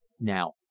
Now